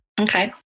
Okay